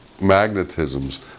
magnetisms